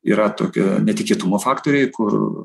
yra tokie netikėtumo faktoriai kur